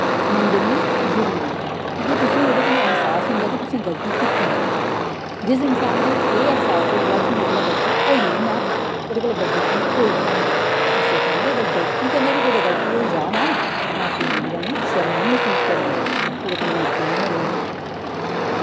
मंगनी जरुरी ऐ की के तुसें ओह्दे कन्नै एह्सास होंदा के तुसें गल्ती कीती ऐ जिस इंसान गी एह् एह्सास होई गेआ कि मेरे कोला गल्ती होई गेई ना ओह्दे कोला बड्डी चीज कोई नि होंदी इस्सै करियै अगर गल्ती कन्नै बी कुतै गल्ती होई जा ना माफी मंगी लैनी शर्म नेईं मैह्सूस करनी ओह्दे कन्नै निक्के निं होन होंदा